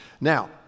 Now